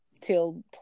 till